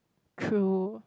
true